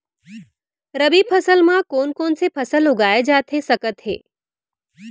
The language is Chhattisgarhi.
रबि फसल म कोन कोन से फसल उगाए जाथे सकत हे?